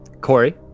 Corey